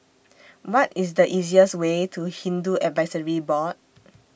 What IS The easiest Way to Hindu Advisory Board